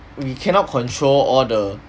we cannot control all the